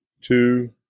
two